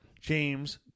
James